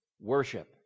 worship